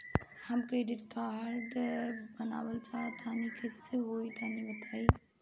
हम credit card बनवावल चाह तनि कइसे होई तनि बताई?